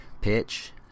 pitch